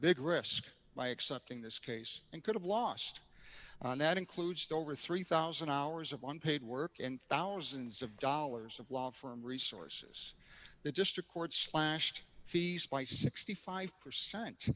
big risk by accepting this case and could have lost that includes over three thousand hours of unpaid work and thousands of dollars of law firm resources the district court slashed fees by sixty five percent